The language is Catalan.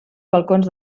balcons